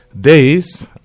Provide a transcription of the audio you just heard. days